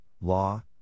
law